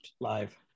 live